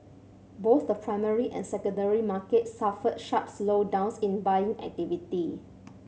both the primary and secondary markets suffered sharp slowdowns in buying activity